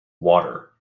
water